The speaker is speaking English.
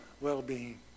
well-being